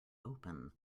open